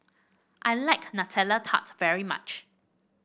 I like Nutella Tart very much